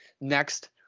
Next